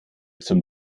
zum